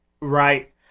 Right